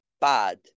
bad